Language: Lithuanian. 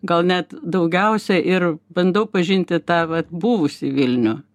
gal net daugiausia ir bandau pažinti tą vat buvusį vilnių